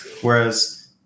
Whereas